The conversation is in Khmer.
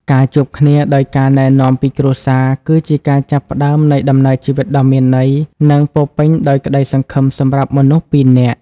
ការជួបគ្នាដោយការណែនាំពីគ្រួសារ គឺជាការចាប់ផ្តើមនៃដំណើរជីវិតដ៏មានន័យ និងពោរពេញដោយក្តីសង្ឃឹមសម្រាប់មនុស្សពីរនាក់។